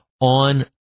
on